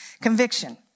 Conviction